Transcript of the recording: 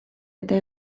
eta